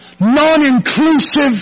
Non-inclusive